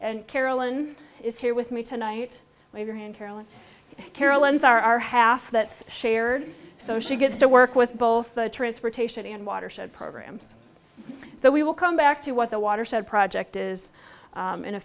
and carolyn is here with me tonight major hand carolyn carolyn's r r half that shared so she gets to work with both the transportation and watershed programs so we will come back to what the watershed project is in a